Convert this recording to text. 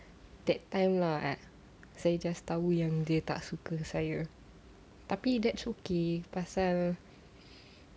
that time lah eh saya just tahu dia tak suka saya tapi that's okay pasal